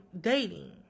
dating